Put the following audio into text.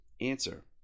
Answer